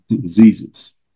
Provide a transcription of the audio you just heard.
diseases